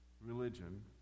religion